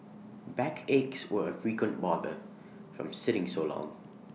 backaches were A frequent bother from sitting so long